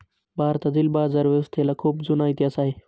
भारतातील बाजारव्यवस्थेला खूप जुना इतिहास आहे